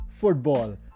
football